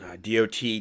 DOT